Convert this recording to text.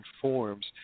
forms